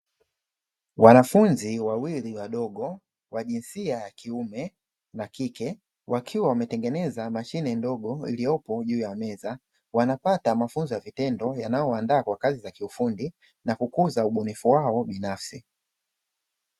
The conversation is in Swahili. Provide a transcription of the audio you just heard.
Wanafunzi wawili wadogo wa jinsi ya kiume na kike wakiwa wametengeneza mashine ndogo iliyopo juu ya meza, wanapata mafunzo ya vitendo yanaowandaa kwa kazi za kiufundi nakujuza ubunifu wao binafsi.